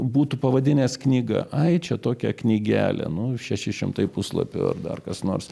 būtų pavadinęs knyga ai čia tokia knygelė nu šeši šimtai puslapių ar dar kas nors